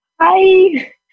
Hi